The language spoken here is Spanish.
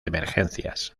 emergencias